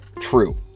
true